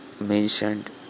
mentioned